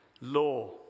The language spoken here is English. law